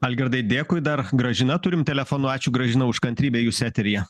algirdai dėkui dar gražina turim telefonu ačiū gražina už kantrybę jūs eteryje